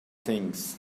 things